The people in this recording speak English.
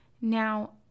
Now